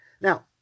Now